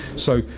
so,